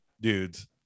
dudes